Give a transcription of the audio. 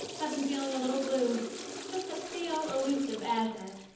i've been feeling a little blue just a pale, elusive azure.